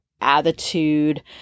attitude